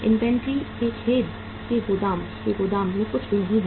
inventory के खेद के गोदाम के गोदाम में कुछ भी नहीं है